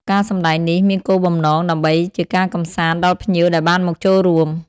ការសម្តែងនេះមានគោលបំណងដើម្បីជាការកម្សាន្តដល់ភ្ញៀវដែលបានមកចូលរួម។